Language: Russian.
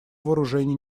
вооружений